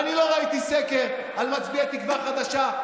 ואני לא ראיתי סקר על מצביעי תקווה חדשה,